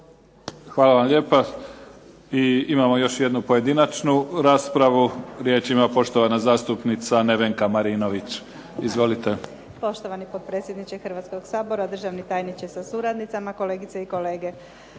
Hvala vam lijepa. I imamo još jednu pojedinačnu raspravu, riječ ima poštovana zastupnica Nevenka Marinović. Izvolite. **Marinović, Nevenka (HDZ)** Poštovani potpredsjedniče Hrvatskog sabora, državni tajniče sa suradnicama, kolegice i kolege.